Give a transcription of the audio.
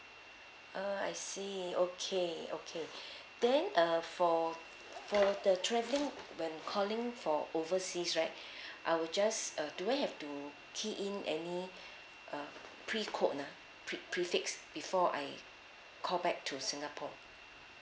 uh I see okay okay then uh for for the travelling when calling for overseas right I will just uh do I have to key in any uh pre code ah pre~ prefix before I call back to singapore